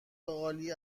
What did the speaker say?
عالی